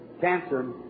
Cancer